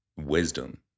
wisdom